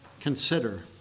consider